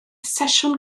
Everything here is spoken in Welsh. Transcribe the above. sesiwn